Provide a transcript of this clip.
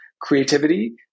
creativity